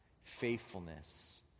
faithfulness